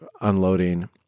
unloading